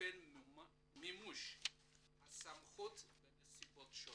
באופן מימוש הסמכות בנסיבות שונות,